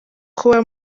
kuba